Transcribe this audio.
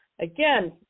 again